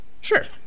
sure